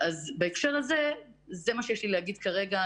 בהקשר הזה, זה מה שיש לי הגיד כרגע.